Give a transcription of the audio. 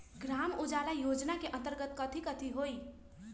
ग्राम उजाला योजना के अंतर्गत कथी कथी होई?